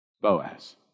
Boaz